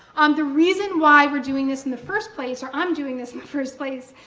um the reason why we're doing this in the first place, or i'm doing this in the first place,